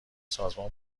سازمان